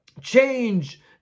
change